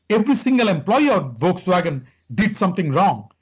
every single employee ah of volkswagen did something wrong.